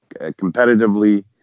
competitively